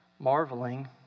marveling